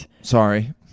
Sorry